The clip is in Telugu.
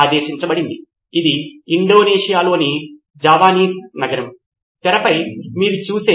సిద్ధార్థ్ మాతురి కాబట్టి ఇది గురువు నుండి ప్రతినిధి వరకు తరగతి ప్రతినిధి నుండి మిగిలిన తరగతి విద్యార్థులు వరకు ఉంటుంది